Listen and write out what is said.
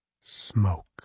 Smoke